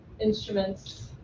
instruments